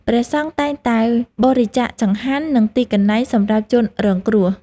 ព្រះសង្ឃតែងតែបរិច្ចាគចង្ហាន់ និងទីកន្លែងសម្រាប់ជនរងគ្រោះ។